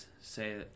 say